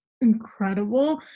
incredible